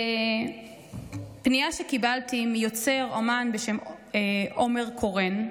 בפנייה שקיבלתי מיוצר, אומן בשם עומר קורן,